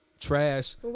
trash